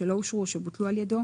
שלא אושרו או שבוטלו על ידו,